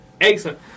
Excellent